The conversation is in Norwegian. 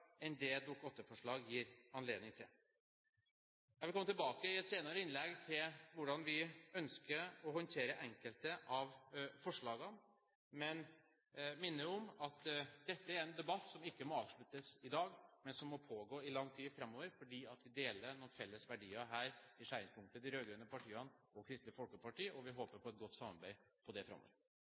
enn det som Dokument 8-forslaget gir anledning til. Jeg vil i et senere innlegg komme tilbake til hvordan vi ønsker å håndtere enkelte av forslagene, men minner om at dette er en debatt som ikke må avsluttes i dag, men som må pågå i lang tid framover, fordi vi deler noen felles verdier her, i skjæringspunktet mellom de rød-grønne partiene og Kristelig Folkeparti, og vi håper på et godt samarbeid om det framover.